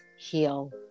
heal